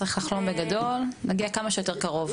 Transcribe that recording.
צריך לחלום בגדול ולהגיע כמה שיותר קרוב.